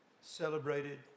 celebrated